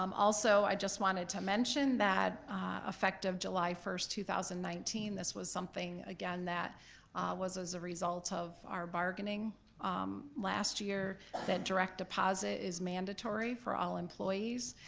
um also i just wanted to mention that effective july first, two thousand and nineteen, this was something, again, that was a result of our bargaining last year that direct deposit is mandatory for all employees.